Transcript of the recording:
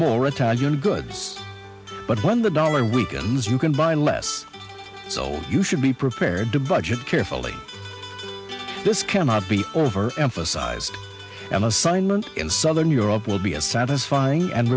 more italian goods but when the dollar weakens you can buy less so you should be prepared to budget carefully this cannot be overemphasized an assignment in southern europe will be a satisfying and